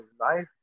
life